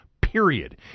period